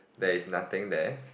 there is nothing there